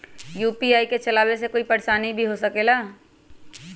UPI के चलावे मे कोई परेशानी भी हो सकेला?